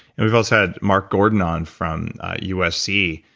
and we've also had mark gordon on from usc,